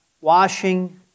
washing